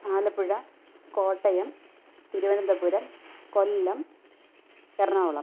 Alappuzha Kottayam Thiruvananthapuram Kollam Ernakulam